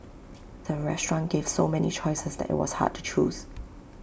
the restaurant gave so many choices that IT was hard to choose